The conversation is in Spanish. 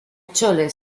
chole